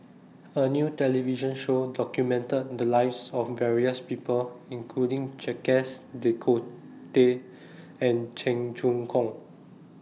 A New television Show documented The Lives of various People including Jacques De and Cheong Choong Kong